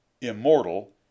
immortal